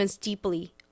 deeply